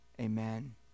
amen